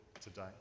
today